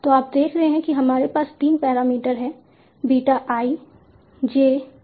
तो आप देख रहे हैं कि हमारे पास 3 पैरामीटर हैं बीटा I j b